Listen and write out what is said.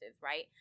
right